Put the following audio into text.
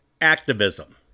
activism